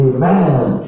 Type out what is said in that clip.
Amen